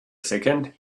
second